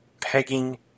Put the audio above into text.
pegging